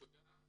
תודה.